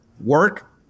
work